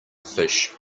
fish